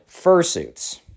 fursuits